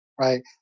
right